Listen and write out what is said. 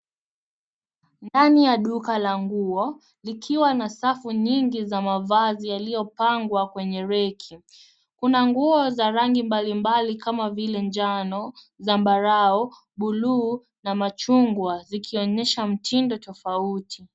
Ndani ya duka la nguo likiwa na safu nyingi za mavazi yaliyopangwa kwenye reki. Kuna nguo za rangi mbalimbali kama vile njano, zambarau, buluu na machungwa zikionyesha mtindo tofauti.